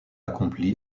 accompli